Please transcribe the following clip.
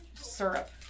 Syrup